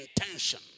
Intention